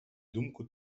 думку